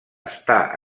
està